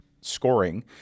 scoring